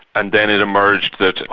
and then it emerged that,